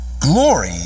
Glory